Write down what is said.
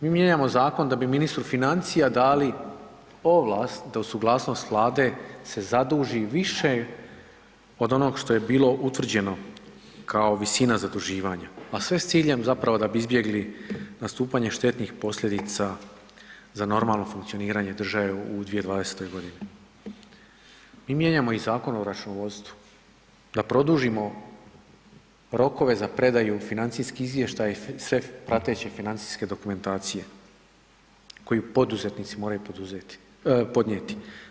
Mi mijenjamo zakon da bi ministru financija dali ovlast da uz suglasnost Vlade se zaduži više od onog što je bilo utvrđeno kao visina zaduživanja, a sve s ciljem zapravo da bi izbjegli nastupanje štetnih posljedica za normalno funkcioniranje države u 2020.g. Mi mijenjamo i Zakon o računovodstvu da produžimo rokove za predaju financijskih izvještaja i sef prateće financijske dokumentacije koji poduzetnici moraju poduzeti, podnijeti.